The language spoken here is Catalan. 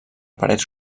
parets